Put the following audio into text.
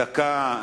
דקה.